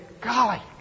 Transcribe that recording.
golly